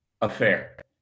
affair